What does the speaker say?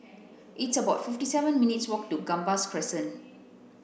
it's about fifty seven minutes' walk to Gambas Crescent